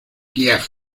kiev